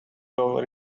will